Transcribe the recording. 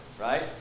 right